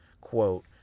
quote